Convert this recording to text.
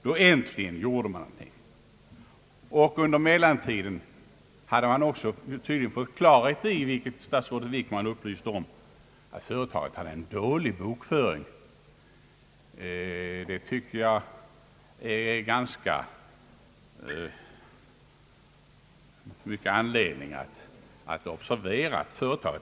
Då äntligen gjorde man någonting. Under mellantiden hade man tydligen också fått klarhet i, vilket statsrådet Wickman upplyst oss om, att företaget hade en dålig bokföring. Det tycker jag är mycket angeläget att observera.